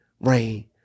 rain